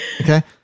Okay